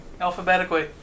alphabetically